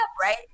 right